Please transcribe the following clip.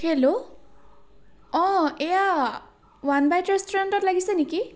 hello অঁ এয়া One Bite ৰেষ্টুৰেণ্টত লাগিছে নেকি